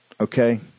Okay